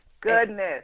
goodness